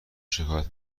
شکایت